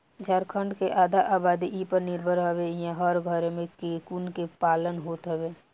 झारखण्ड के आधा आबादी इ पर निर्भर हवे इहां हर घरे में कोकून के पालन होत हवे